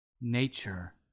nature